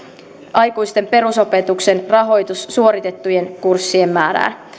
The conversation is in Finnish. aikuisten perusopetuksen rahoitus suoritettujen kurssien määrään